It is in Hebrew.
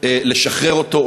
לשחרר אותו,